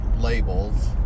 labels